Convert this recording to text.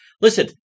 listen